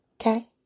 Okay